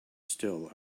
still